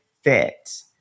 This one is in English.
fit